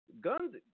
guns